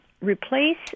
replace